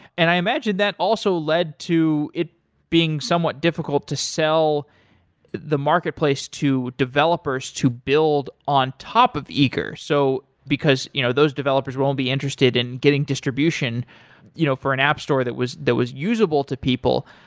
and i imagine that also led to it being somewhat difficult to sell the marketplace to developers to build on top of eager, so because you know those developers will only be interested in getting distribution you know for an app store that was that was usable to people,